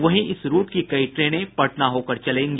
वहीं इस रूट की कई ट्रेनें पटना होकर चलेंगी